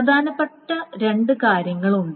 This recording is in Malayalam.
പ്രധാനപ്പെട്ട രണ്ട് കാര്യങ്ങളുണ്ട്